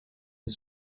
das